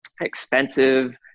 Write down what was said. expensive